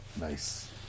Nice